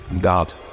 God